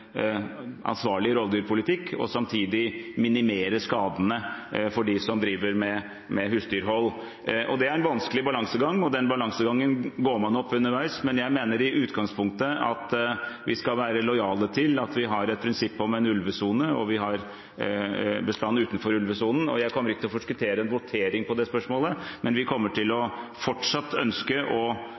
ansvarlig rovdyrpolitikk og samtidig minimere skadene for dem som driver med husdyrhold. Det er en vanskelig balansegang, og den balansegangen går man opp underveis. Men jeg mener i utgangspunktet at vi skal være lojale til at vi har et prinsipp om en ulvesone, og at vi har en bestand utenfor ulvesonen. Jeg kommer ikke til å forskuttere en votering over det spørsmålet, men vi kommer fortsatt til å ønske å